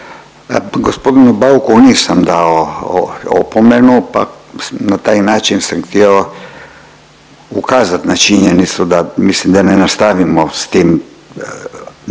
Gospodinu Bauku nisam dao opomenu pa na taj način sam htio ukazat na činjenicu da mislim da ne nastavimo s tim, s tim